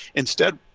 instead,